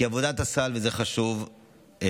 וזה חשוב,